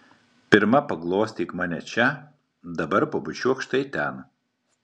pirma paglostyk mane čia dabar pabučiuok štai ten